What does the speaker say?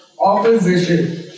opposition